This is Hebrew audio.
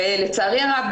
לצערי הרב,